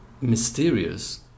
mysterious